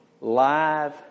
live